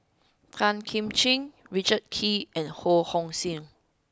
Tan Kim Ching Richard Kee and Ho Hong Sing